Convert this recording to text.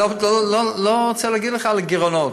אני לא רוצה להגיד לך מה הגירעונות